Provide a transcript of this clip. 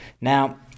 Now